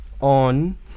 on